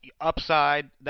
upside